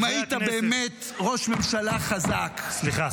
אם היית באמת ראש ממשלה חזק --- סליחה.